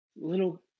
little